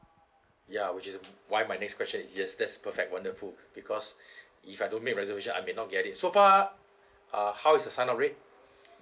ya which is why my next question is yes that's perfect wonderful because if I don't make reservations I may not get it so far uh how is the sign up rate